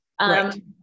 Right